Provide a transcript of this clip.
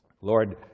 Lord